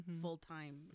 full-time